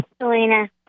Selena